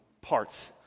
parts